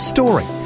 Story